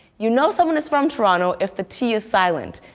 you know someone is from toronto if the t is silent.